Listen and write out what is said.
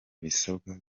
ibisabwa